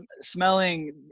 smelling